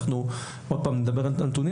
תכף נדבר על הנתונים